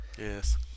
Yes